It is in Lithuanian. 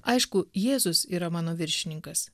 aišku jėzus yra mano viršininkas